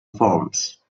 forms